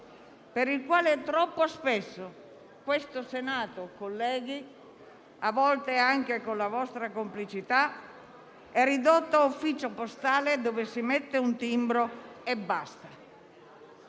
per il quale troppo spesso questo Senato, colleghi, a volte anche con la vostra complicità, è ridotto a ufficio postale, dove si mette un timbro e basta.